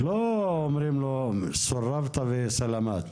לא אומרים לו: סורבת, וסלאמאת.